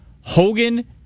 Hogan